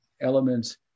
elements